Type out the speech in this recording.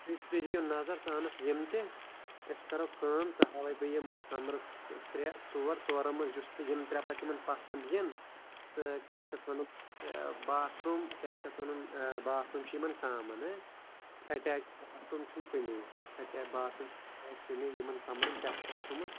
تُہۍ تُہۍ دِیِو نَظر ژٕ اَنُکھ یِم تہِ أسۍ کرو کٲم ژےٚ ہاوَے بہٕ یِم کَمرٕ ژٕ ترٛےٚ ژور ژورَو منٛز یُس تہٕ یِم ترٛےٚ پَتہٕ یِمَن پَسنٛد یِن تہٕ کیٛاہ چھِ اَتھ وَنان باتھ روٗم کیٛاہ چھِ اَتھ وَنان باتھ روٗم چھِ یِمَن کَمَن ہہ اٮ۪ٹیچ باتھ روٗم چھُنہٕ کُنی اٮ۪ٹے باتھ روٗم اٮ۪ٹیچ کُنی یِمَن کَمرَن پٮ۪ٹھٕ اَسہِ تھوٚمُت